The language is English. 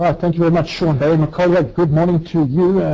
ah thank you very much sean. barry maccoll. ah good morning to